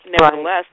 nevertheless